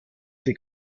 sie